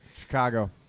Chicago